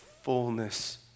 fullness